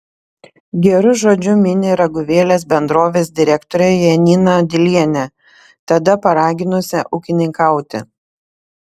geru žodžiu mini raguvėlės bendrovės direktorę janiną dilienę tada paraginusią ūkininkauti